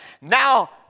Now